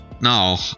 now